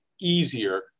easier